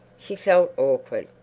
she felt awkward.